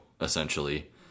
essentially